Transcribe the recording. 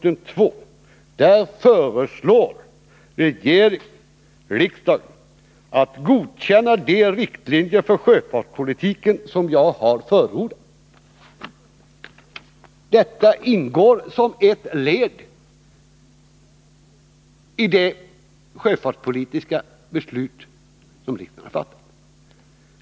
Där hemställer industriministern att regeringen föreslår riksdagen att ”godkänna de riktlinjer för sjöfartspolitiken som jag har förordat”. Detta ingår som ett led i det sjöfartspolitiska beslut som riksdagen har fattat.